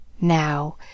Now